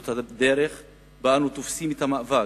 זו הדרך שבה אנחנו תופסים את המאבק